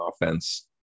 offense